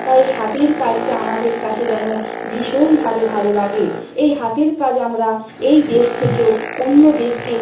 তাই এ হাতের কাজটা আমাদের কাছে যেন ভীষণভাবে ভালো লাগে এই হাতের কাজ আমরা এই দেশ থেকেও অন্য দেশকে